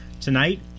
Tonight